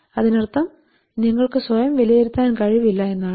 അതിനർത്ഥം നിങ്ങൾക്ക് സ്വയം വിലയിരുത്താൻ കഴിവില്ല എന്നാണ്